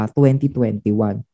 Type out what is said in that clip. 2021